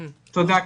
תודה.